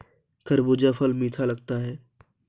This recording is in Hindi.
खरबूजा फल मीठा लगता है